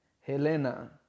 Helena